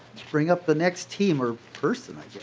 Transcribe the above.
bring up the next team or person i guess.